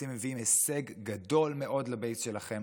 הייתם מביאים הישג גדול מאוד לבייס שלכם.